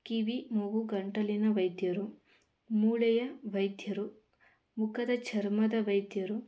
ಕಿವಿ ಮೂಗು ಗಂಟಲಿನ ವೈದ್ಯರು ಮೂಳೆಯ ವೈದ್ಯರು ಮುಖದ ಚರ್ಮದ ವೈದ್ಯರು